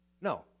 No